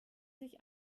sich